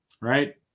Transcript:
right